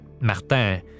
Martin